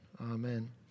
Amen